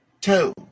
Two